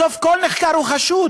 בסוף כל נחקר הוא חשוד